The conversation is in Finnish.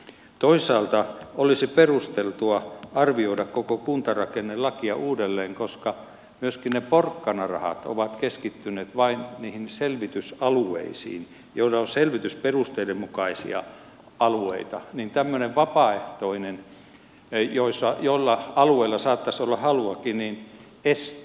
toisaalta olisi perusteltua arvioida koko kuntarakennelakia uudelleen koska myöskin ne porkkanarahat ovat keskittyneet vain niihin selvitysalueisiin jotka ovat selvitysperusteiden mukaisia alueita jolloin tämmöinen vapaaehtoinen mihin alueilla saattaisi olla haluakin estyy